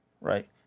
Right